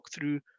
walkthrough